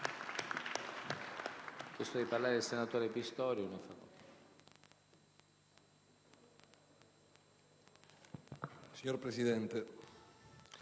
Signor Presidente,